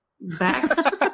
back